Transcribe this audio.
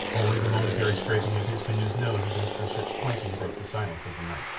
only the momentary scraping of his canoe's nose against the ship's planking broke the silence of the night.